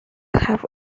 have